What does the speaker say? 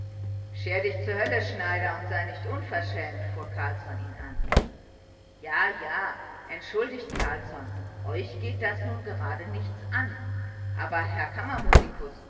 scher dich zur hölle schneider und sei nicht unverschämt fuhr carlsson ihn an ja ja entschuldigt carlsson euch geht das nun gerade nichts an aber herr kammermusikus